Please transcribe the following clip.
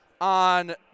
on